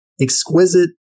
exquisite